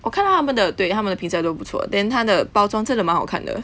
我看她们的对她们的瓶这样都不错 then 她的包装真的蛮好看的